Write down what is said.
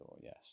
yes